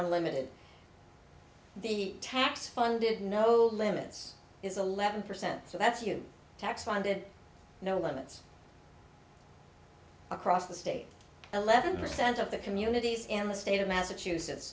unlimited the tax funded no limits is a level percent so that's you tax funded no limits across the state eleven percent of the communities in the state of massachusetts